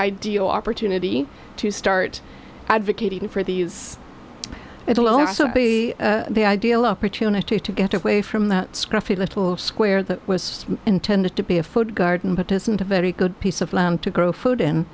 ideal opportunity to start advocating for these it will also be the ideal opportunity to get away from that scruffy little square that was intended to be a foot garden but isn't a very good piece of land to grow food